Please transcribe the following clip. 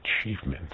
achievement